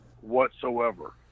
whatsoever